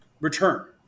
return